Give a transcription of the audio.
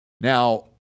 now